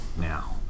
now